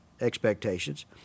expectations